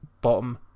bottom